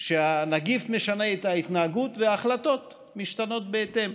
שהנגיף משנה את ההתנהגות, וההחלטות משתנות בהתאם.